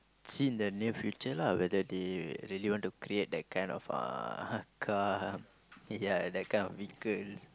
see the near future lah whether they really want to create that kind of uh car ya that kind of vehicle